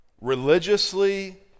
religiously